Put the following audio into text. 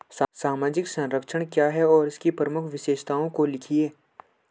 सामाजिक संरक्षण क्या है और इसकी प्रमुख विशेषताओं को लिखिए?